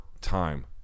time